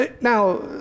Now